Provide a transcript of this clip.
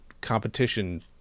competition